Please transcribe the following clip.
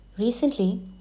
Recently